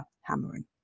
hammering